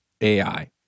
AI